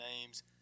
names